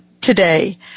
today